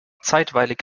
zeitweilig